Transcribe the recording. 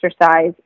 exercise